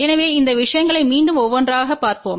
எனவே இந்த விஷயங்களை மீண்டும் ஒவ்வொன்றாகப் பார்ப்போம்